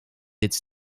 its